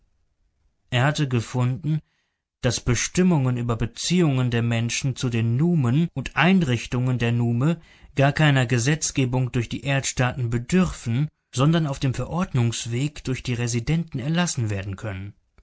er hatte gefunden daß bestimmungen über beziehungen der menschen zu den numen und einrichtungen der nume gar keiner gesetzgebung durch die erdstaaten bedürfen sondern auf dem verordnungsweg durch die residenten erlassen werden können